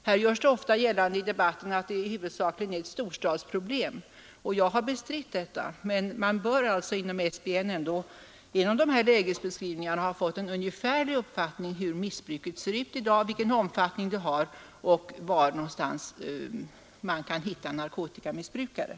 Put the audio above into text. Det görs ofta gällande i debatten att narkotikamissbruket huvudsakligen är ett storstadsproblem — jag har bestritt detta —, men man bör inom SBN ändå genom lägesbeskrivningarna ha fått en ungefärlig uppfattning om hur missbruket ser ut i dag, vilken omfattning det har och var någonstans man kan hitta narkotikamissbrukare.